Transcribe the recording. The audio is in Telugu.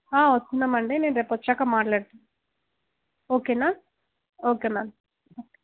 వస్తున్నామండి నేను రేపు వచ్చాక మాట్లాడుతా ఓకేనా ఓకే మ్యామ్ ఓకే